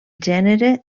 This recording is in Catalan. gènere